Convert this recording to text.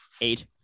Eight